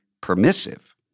permissive